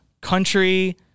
country